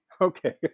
Okay